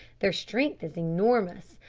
their strength is enormous,